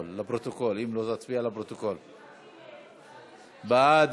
ההצעה להעביר את הצעת חוק הביטוח הלאומי (תיקון מס' 185)